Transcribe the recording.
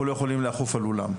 אנחנו לא יכולים לאכוף על אולם.